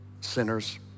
sinners